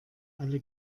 alle